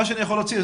מה שאני יכול להציע,